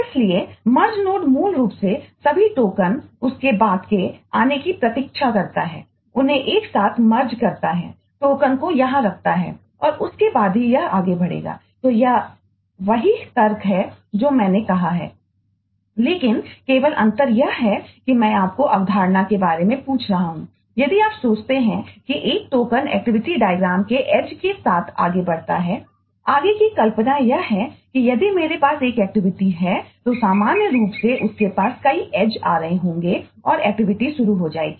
इसलिए मर्ज शुरू हो जाएगी